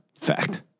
Fact